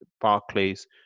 barclays